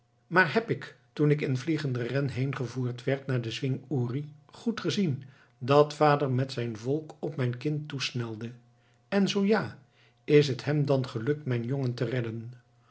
maar heb ik toen ik in vliegenden ren heengevoerd werd naar den zwing uri goed gezien dat vader met zijn volk op mijn kind toesnelde en zoo ja is het hem dan gelukt mijn jongen te redden